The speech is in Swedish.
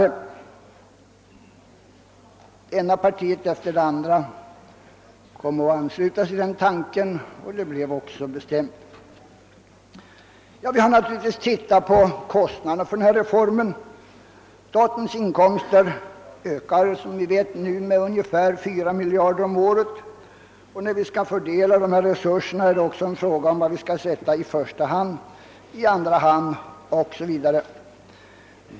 Det ena partiet efter det andra anslöt sig till den tanken och beslut härom har också fattats. Vi har naturligtvis gått igenom vilka kostnaderna skulle bli för denna reform. Statens inkomster ökar nu med ungefär 4 miljarder kronor om året. När resurserna skall fördelas uppstår frågan vad vi skall sätta i första hand, i andra hand o. s. v.